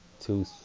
two